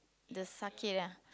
the sake yeah